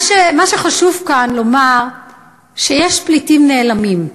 מה שחשוב לומר כאן הוא שיש פליטים נעלמים.